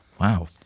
Wow